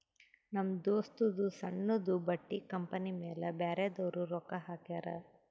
ನಮ್ ದೋಸ್ತದೂ ಸಣ್ಣುದು ಬಟ್ಟಿ ಕಂಪನಿ ಮ್ಯಾಲ ಬ್ಯಾರೆದವ್ರು ರೊಕ್ಕಾ ಹಾಕ್ಯಾರ್